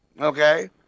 Okay